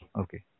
Okay